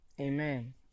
Amen